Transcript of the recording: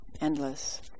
endless